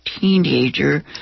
teenager